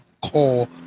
call